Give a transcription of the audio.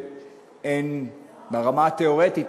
ברמה התיאורטית,